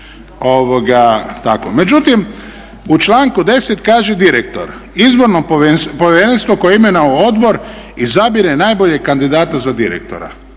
Međutim u članku 10. kaže direktor, izborno povjerenstvo koje je imenovao odbor izabire najboljeg kandidata za direktora.